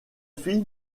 fille